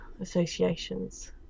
associations